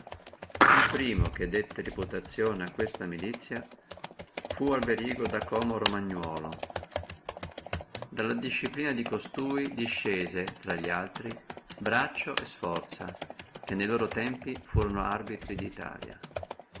el primo che dette reputazione a questa milizia fu alberigo da conio romagnolo dalla disciplina di costui discese intra li altri braccio e sforza che ne loro tempi furono arbitri